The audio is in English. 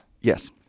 yes